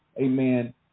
amen